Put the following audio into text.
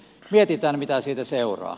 mietitään mitä siitä seuraa